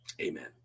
amen